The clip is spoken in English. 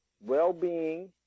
well-being